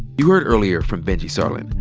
you heard earlier from benjy sarlin,